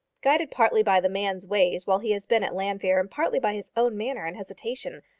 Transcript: guided partly by the man's ways while he has been at llanfeare, and partly by his own manner and hesitation,